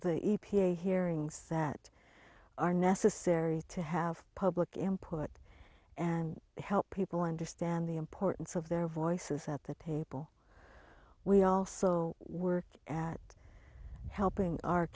the e p a hearings that are necessary to have public and put and help people understand the importance of their voices at the table we also work at helping our